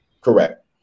Correct